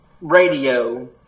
radio